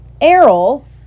Errol